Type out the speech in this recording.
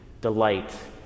delight